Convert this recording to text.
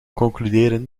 concluderen